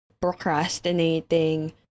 procrastinating